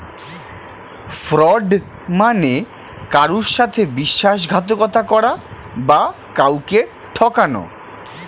fraud মানে কারুর সাথে বিশ্বাসঘাতকতা করা বা কাউকে ঠকানো